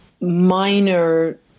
minor